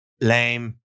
Lame